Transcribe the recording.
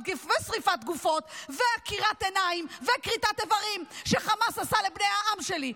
גופות ועקירת עיניים וכריתת איברים שחמאס עשה לבני העם שלי.